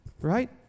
right